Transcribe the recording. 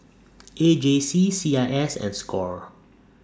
A J C C I S and SCORE